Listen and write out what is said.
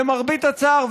למרבה הצער,